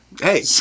hey